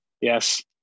Yes